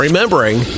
Remembering